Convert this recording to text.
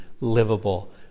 livable